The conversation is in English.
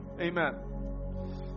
Amen